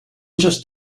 just